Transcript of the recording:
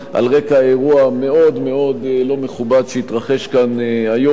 על רקע האירוע המאוד-מאוד לא מכובד שהתרחש כאן היום,